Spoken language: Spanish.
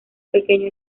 pequeño